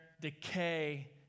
decay